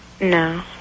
No